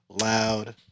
Loud